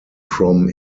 from